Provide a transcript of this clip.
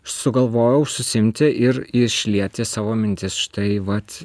sugalvojau susiimti ir išlieti savo mintis štai vat